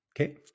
Okay